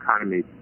economy